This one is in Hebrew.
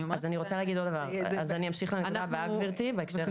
אני רוצה להגיד עוד דבר בהקשר הזה.